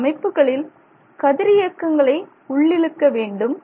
சில அமைப்புகளில் கதிர் இயக்கங்களை உள்ளிழுக்க வேண்டும்